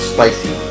Spicy